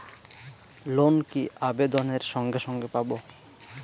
Loan কি আবেদনের সঙ্গে সঙ্গে পাব?